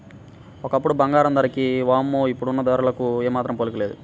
ఒకప్పుడు బంగారం ధరకి వామ్మో ఇప్పుడున్న ధరలకు ఏమాత్రం పోలికే లేదు